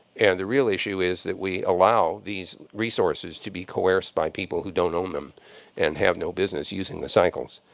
and the real issue is that we allow these resources to be coerced by people who don't own them and have no business using the cycles.